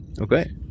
Okay